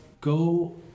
go